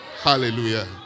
Hallelujah